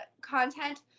content